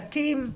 בתים,